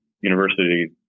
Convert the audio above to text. university